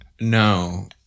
no